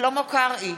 שלמה קרעי,